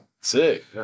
Sick